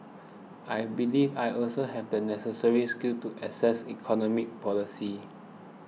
I believe I also have the necessary skills to assess economy policies